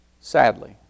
sadly